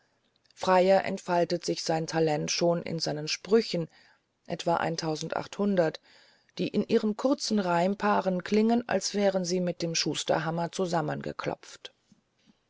freier entfaltet sich sein talent schon in seinen sprüchen etwa eintausendachthundert die in ihren kurzen reimpaaren klingen als wären sie mit dem schusterhammer